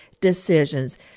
decisions